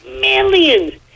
millions